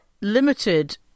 limited